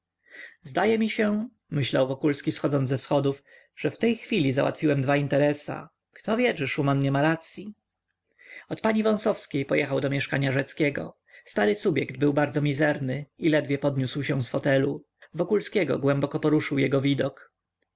zdaje mi się myślał wokulski schodząc ze schodów że w tej chwili załatwiłem dwa interesa kto wie czy szuman nie ma racyi od pani wąsowskiej pojechał do mieszkania rzeckiego stary subjekt był bardzo mizerny i ledwie podniósł się z fotelu wokulskiego głęboko poruszył jego widok